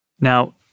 Now